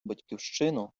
батьківщину